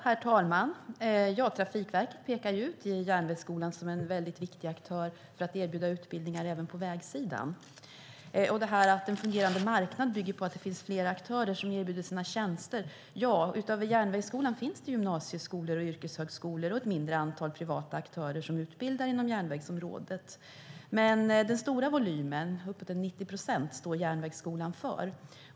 Herr talman! Trafikverket pekar ut Järnvägsskolan som en viktig aktör för att erbjuda utbildningar även på vägsidan. En fungerande marknad bygger på att det finns flera aktörer som erbjuder sina tjänster. Ja, utöver Järnvägsskolan finns gymnasieskolor, yrkeshögskolor och ett mindre antal privata aktörer som utbildar inom järnvägsområdet. Men den stora volymen, upp till 90 procent, står Järnvägsskolan för.